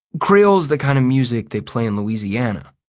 creole's the kind of music they play in louisiana,